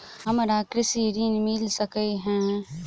हमरा कृषि ऋण मिल सकै है?